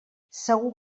segur